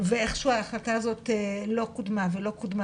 ואיכשהו ההחלטה הזאת לא קודמה ולא קודמה